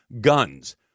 guns